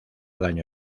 daño